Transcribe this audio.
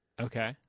Okay